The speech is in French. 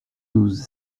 douze